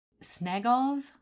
Snagov